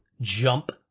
jump